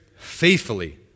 faithfully